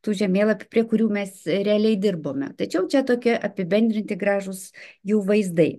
tų žemėlapių prie kurių mes realiai dirbome tačiau čia tokie apibendrinti gražūs jų vaizdai